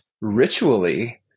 ritually